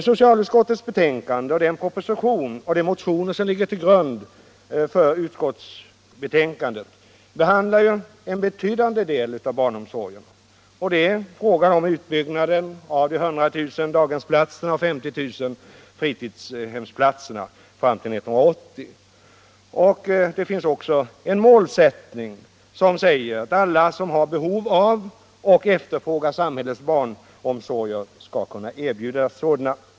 Socialutskottets betänkande och den proposition och de motioner som ligger till grund för utskottsbetänkandet behandlar ju en betydande del av barnomsorgerna. Det är fråga om utbyggnaden av 100 000 daghemsplatser och 50 000 fritidshemsplatser fram till 1980. Det finns också en målsättning som säger att alla som har behov av och efterfrågar samhällets barnomsorger skall kunna erbjudas sådana.